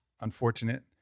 unfortunate